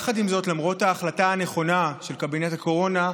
עם זאת, למרות ההחלטה הנכונה של קבינט הקורונה,